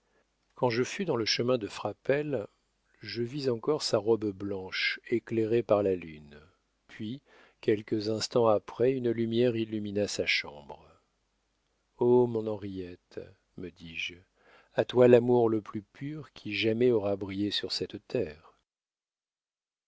quand je fus dans le chemin de frapesle je vis encore sa robe blanche éclairée par la lune puis quelques instants après une lumière illumina sa chambre o mon henriette me dis-je à toi l'amour le plus pur qui jamais aura brillé sur cette terre